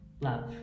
love